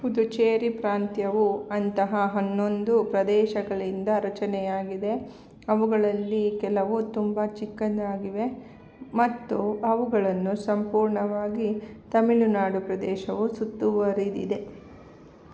ಪುದುಚೇರಿ ಪ್ರಾಂತ್ಯವು ಅಂತಹ ಹನ್ನೊಂದು ಪ್ರದೇಶಗಳಿಂದ ರಚನೆಯಾಗಿದೆ ಅವುಗಳಲ್ಲಿ ಕೆಲವು ತುಂಬ ಚಿಕ್ಕದಾಗಿವೆ ಮತ್ತು ಅವುಗಳನ್ನು ಸಂಪೂರ್ಣವಾಗಿ ತಮಿಳುನಾಡು ಪ್ರದೇಶವು ಸುತ್ತುವರೆದಿದೆ